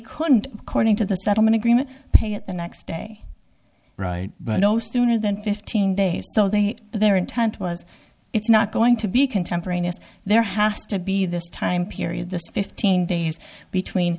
couldn't cording to the settlement agreement pay at the next day right but no sooner than fifteen days so then their intent was it's not going to be contemporaneous there has to be this time period this fifteen days between